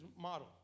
model